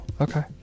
okay